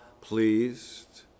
Pleased